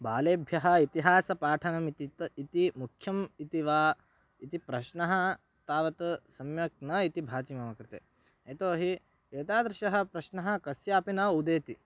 बालेभ्यः इतिहासपाठनम् इतत् इति मुख्यम् इति वा इति प्रश्नः तावत् सम्यक् न इति भाति मम कृते यतोहि एतादृशः प्रश्नः कस्यापि न उदेति